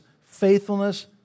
faithfulness